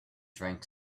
drank